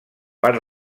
part